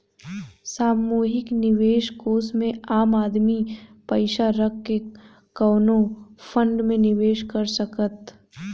सामूहिक निवेश कोष में आम आदमी पइसा रख के कवनो फंड में निवेश कर सकता